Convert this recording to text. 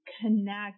connect